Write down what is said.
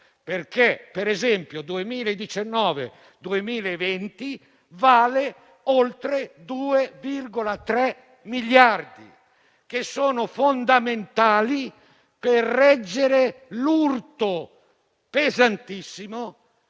perché per il periodo 2019-2020 vale oltre 2,3 miliardi, che sono fondamentali per reggere l'urto pesantissimo